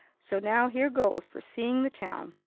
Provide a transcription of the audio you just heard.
so now here goes for seeing the town.